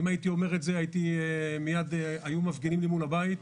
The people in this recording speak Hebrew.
ואם הייתי אומר את זה היו מיד מפגינים לי מול הבית.